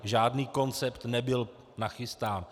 Žádný koncept nebyl nachystán.